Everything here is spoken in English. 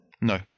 No